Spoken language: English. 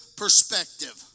perspective